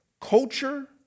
culture